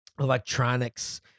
electronics